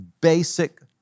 basic